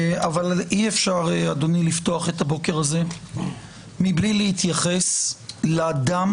אי אפשר לפתוח את הבוקר הזה מבלי להתייחס לדם